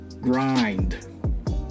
Grind